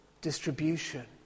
distribution